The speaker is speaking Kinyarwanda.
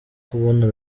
kubona